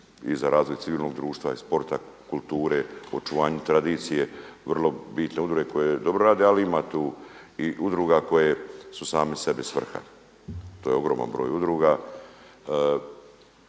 i za razvoj civilnog društva i sporta, kulture, očuvanju tradicije vrlo bitne udruge koje dobro rade, ali ima tu i udruga koje su same sebi svrha. To je ogroman broj udruga,